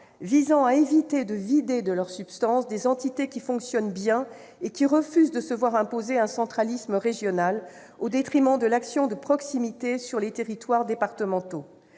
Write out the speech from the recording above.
visant à ne pas vider de leur substance des entités qui fonctionnent bien et qui refusent de se voir imposer un centralisme régional, au détriment de l'action de proximité sur les territoires départementaux.